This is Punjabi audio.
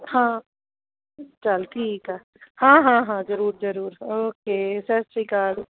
ਹਾਂ ਚਲ ਠੀਕ ਆ ਹਾਂ ਹਾਂ ਹਾਂ ਜ਼ਰੂਰ ਜ਼ਰੂਰ ਓਕੇ ਸਤਿ ਸ਼੍ਰੀ ਅਕਾਲ